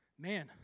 Man